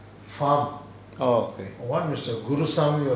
oh okay